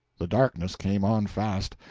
the darkness came on fast.